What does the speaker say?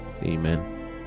Amen